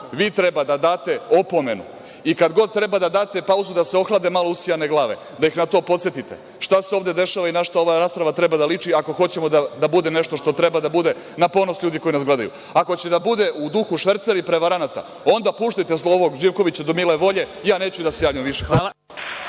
vi treba da date opomenu i kad god treba da date pauzu, da se ohlade malo usijane glave, da ih na to podsetite šta se ovde dešava i na šta ova rasprava treba da liči ako hoćemo da bude nešto što treba da bude, na ponos ljudi koji nas gledaju. Ako hoćete da bude u duhu švercera i prevaranata, onda puštajte ovog Živkovića do mile volje, ja neću više da se javljam.